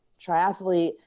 triathlete